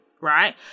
right